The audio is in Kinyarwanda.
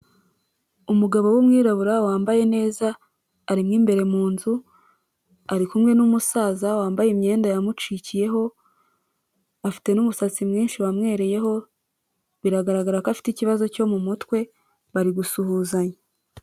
Umugabo w'umwirabura wambaye neza arimo imbere mu nzu, ari kumwe n'umusaza wambaye imyenda yamucikiyeho, afite n'umusatsi mwinshi wamwereyeho biragaragara ko afite ikibazo cyo mu mutwe, bari gusuhuzanya.